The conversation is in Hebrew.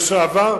לשעבר,